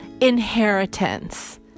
inheritance